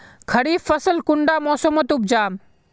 खरीफ फसल कुंडा मोसमोत उपजाम?